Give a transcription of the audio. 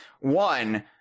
one